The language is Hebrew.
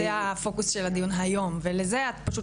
זה הפוקוס של הדיון היום ולזה את פשוט